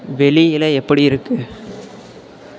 வெளியில் எப்படி இருக்குது